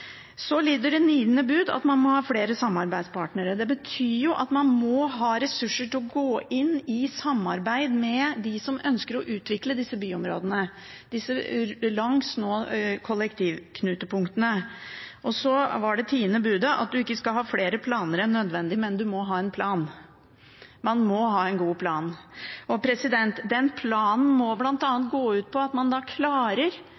Så lyder det niende bud at man må ha flere samarbeidspartnere. Det betyr at man må ha ressurser til å gå inn i samarbeid med dem som ønsker å utvikle disse byområdene langs kollektivknutepunktene. Det tiende budet er at man ikke skal ha flere planer enn nødvendig, men man må ha en plan. Man må ha en god plan. Den planen må bl.a. gå ut på at man klarer